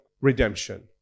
redemption